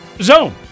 zone